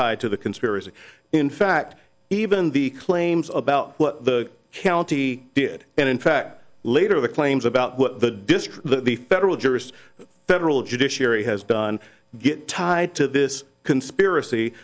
tied to the conspiracy in fact even the claims about what the county did and in fact later the claims about what the disk the federal jurist federal judiciary has done get tied to this conspiracy